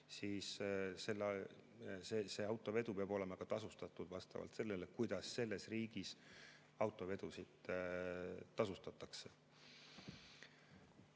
siis see autovedu peab olema tasustatud vastavalt sellele, kuidas selles riigis autovedusid tasustatakse.